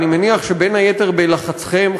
אני מניח שבין היתר בלחצכם,